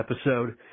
episode